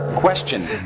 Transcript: Question